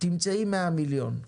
תמצאי 100 מיליון.